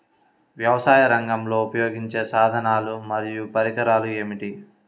వ్యవసాయరంగంలో ఉపయోగించే సాధనాలు మరియు పరికరాలు ఏమిటీ?